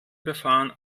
befahren